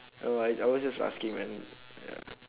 oh I I was just asking man ya